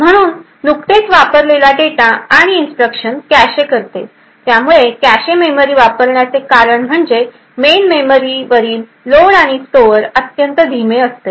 म्हणून नुकतेच वापरलेला डेटा आणि इन्स्ट्रक्शन कॅशे करते त्यामुळे कॅशे मेमरी वापरण्याचे कारण म्हणजे मेन मेमरीवरील लोड आणि स्टोअर अत्यंत धीमे असतात